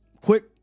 Quick